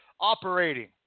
operating